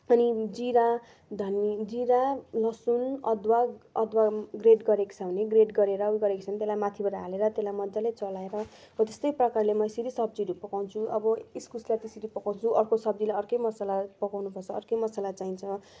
अनि जिरा धनियाँ जिरा लसुन अदुवा अदुवा ग्रेड गरेको छ भने ग्रेड गरेर उयो गरेको छ भने त्यसलाई माथिबाट हालेर त्यसलाई मजाले चलाएर हो त्यस्तै प्रकारले म यसरी सब्जीहरू पकाउँछु अब इस्कुसलाई त्यसरी पकाउँछु अर्को सब्जीलाई अर्कै मसला पकाउनु पर्छ अर्कै मसला चाहिन्छ